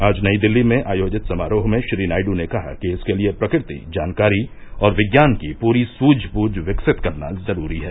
आज नई दिल्ली में आयोजित समारोह में श्री नायड् ने कहा कि इसके लिए प्रकृति जानकारी और विज्ञान की पूरी सूझबूझ विकसित करना जरूरी है